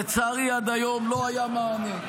לצערי, עד היום לא היה מענה.